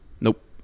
Nope